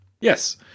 Yes